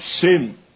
sin